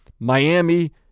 Miami